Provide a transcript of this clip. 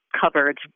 cupboards